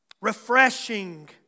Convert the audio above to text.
Refreshing